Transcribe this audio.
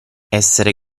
essere